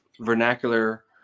vernacular